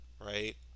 right